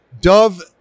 Dove